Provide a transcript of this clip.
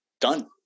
done